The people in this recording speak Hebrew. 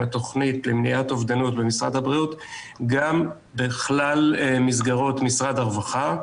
התכנית למניעת אובדנות במשרד הבריאות גם בכלל מסגרות משרד הרווחה.